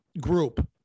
group